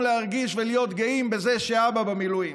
להרגיש ולהיות גאות בזה שאבא במילואים.